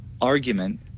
argument